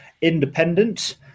independent